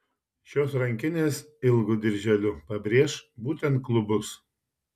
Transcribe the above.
šios rankinės ilgu dirželiu pabrėš būtent klubus